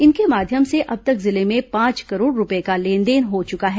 इनके माध्यम से अब तक जिले में पांच करोड़ रूपए का लेनदेन हो चुका है